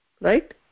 Right